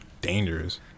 Dangerous